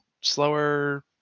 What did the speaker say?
Slower